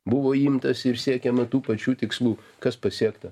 buvo imtasi ir siekiama tų pačių tikslų kas pasiekta